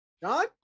John